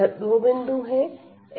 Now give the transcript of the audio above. यह दो बिंदु है